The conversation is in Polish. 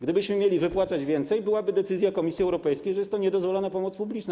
Gdybyśmy mieli wypłacać więcej, byłaby decyzja Komisji Europejskiej, że jest to niedozwolona pomoc publiczna.